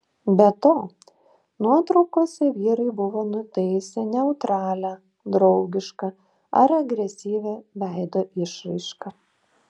be to nuotraukose vyrai buvo nutaisę neutralią draugišką ar agresyvią veido išraišką